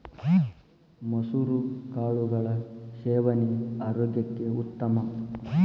ಮಸುರ ಕಾಳುಗಳ ಸೇವನೆ ಆರೋಗ್ಯಕ್ಕೆ ಉತ್ತಮ